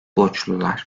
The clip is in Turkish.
borçlular